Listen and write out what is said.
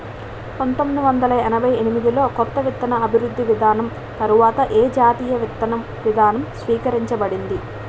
పంతోమ్మిది వందల ఎనభై ఎనిమిది లో కొత్త విత్తన అభివృద్ధి విధానం తర్వాత ఏ జాతీయ విత్తన విధానం స్వీకరించబడింది?